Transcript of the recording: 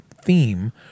theme